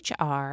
HR